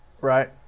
Right